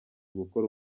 gukora